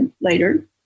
later